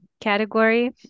category